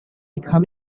come